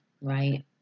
Right